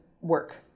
work